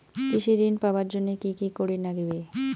কৃষি ঋণ পাবার জন্যে কি কি করির নাগিবে?